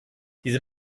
diese